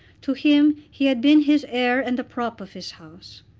to him he had been his heir and the prop of his house.